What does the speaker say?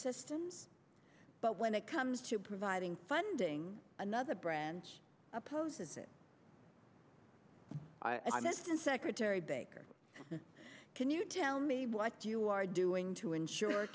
systems but when it comes to providing funding another branch opposes it i missed and secretary baker can you tell me what you are doing to ensure